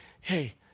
hey